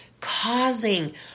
causing